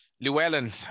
Llewellyn